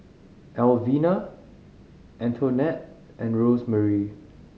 Elvina Antonette and Rosemarie